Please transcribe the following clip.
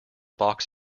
box